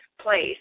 place